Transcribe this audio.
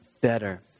better